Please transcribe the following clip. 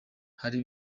hari